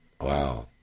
wow